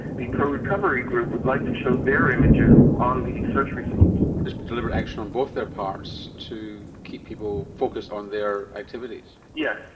the pro-recovery group would like show their images on the search results. it's a deliberate action on both their parts to keep people focused on their activities. yeah